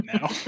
now